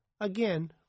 Again